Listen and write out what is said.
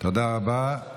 תודה רבה.